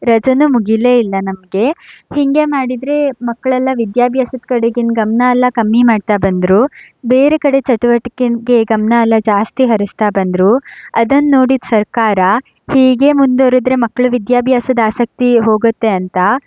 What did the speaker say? ರಜಾನೂ ಮುಗಿಯಲೇ ಇಲ್ಲ ನಮಗೆ ಹೀಗೇ ಮಾಡಿದರೆ ಮಕ್ಕಳೆಲ್ಲ ವಿದ್ಯಾಭ್ಯಾಸದ ಕಡೆಗಿನ ಗಮನ ಎಲ್ಲ ಕಮ್ಮಿ ಮಾಡ್ತಾ ಬಂದರು ಬೇರೆ ಕಡೆ ಚಟುವಟಿಕೆಗೆ ಗಮನ ಎಲ್ಲ ಜಾಸ್ತಿ ಹರಿಸ್ತಾ ಬಂದರು ಅದನ್ನೋಡಿದ ಸರ್ಕಾರ ಹೀಗೆ ಮುಂದುವರಿದರೆ ಮಕ್ಕಳ ವಿದ್ಯಾಭ್ಯಾಸದ ಆಸಕ್ತಿ ಹೋಗತ್ತೆ ಅಂತ